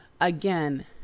again